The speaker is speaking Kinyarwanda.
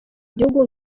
igihugu